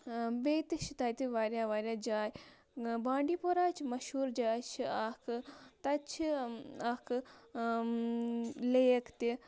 بیٚیہِ تہِ چھِ تَتہِ واریاہ واریاہ جایہِ بانٛڈی پوراہچ مشہوٗر جاے چھِ اَکھ تَتہِ چھِ اَکھ لیک تہِ